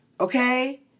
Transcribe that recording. Okay